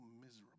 miserable